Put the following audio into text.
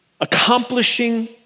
accomplishing